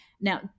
now